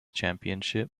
championship